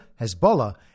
Hezbollah